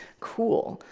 cool.